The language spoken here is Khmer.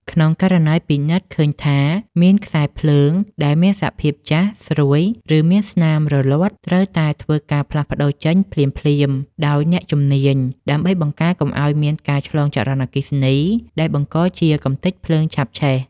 ក្នុងករណីពិនិត្យឃើញថាមានខ្សែភ្លើងដែលមានសភាពចាស់ ស្រួយ ឬមានស្នាមរលាត់ ត្រូវតែធ្វើការផ្លាស់ប្ដូរចេញភ្លាមៗដោយអ្នកជំនាញ ដើម្បីបង្ការកុំឱ្យមានការឆ្លងចរន្តអគ្គិសនីដែលបង្កជាកម្ទេចភ្លើងឆាបឆេះ។